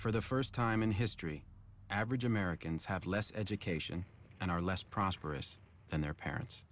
for the first time in history average americans have less education and are less prosperous than their parents